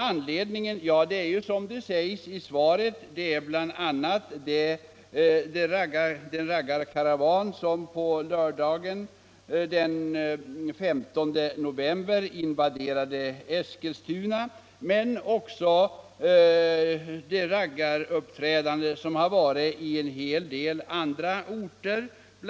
Anledningen till frågan är den i svaret nämnda raggarkaravanen som lördagen den 15 november invaderade Eskilstuna men också de raggaruppträden som har förekommit på en hel del andra orter. Bl.